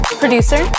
producer